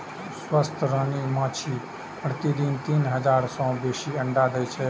स्वस्थ रानी माछी प्रतिदिन तीन हजार सं बेसी अंडा दै छै